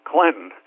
Clinton